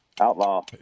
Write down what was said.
Outlaw